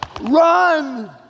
run